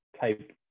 type